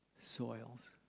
soils